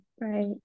Right